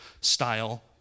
style